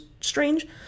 strange